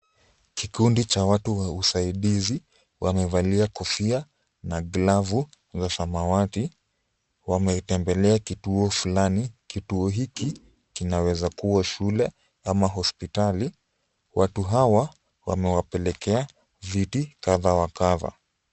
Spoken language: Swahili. Kikundi cha watu wa usaidizi wamevalia kofia na glavu za samawati. Wametembelea kituo fulani. Kituo hiki kinaweza kuwa shule ama hospitali. Watu hawa wamewapelekea viti kadha wa kadha.